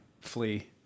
flee